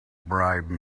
bribe